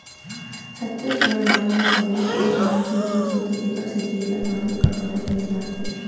छत्तीसगढ़ राज म सबले जादा धान के उपज होथे तेखर सेती एला धान के कटोरा केहे जाथे